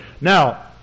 Now